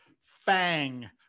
FANG